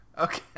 Okay